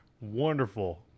wonderful